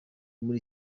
muri